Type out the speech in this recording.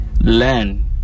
Learn